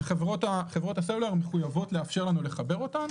וחברות הסלולר מחויבות לאפשר לנו לחבר אותו.